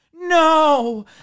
No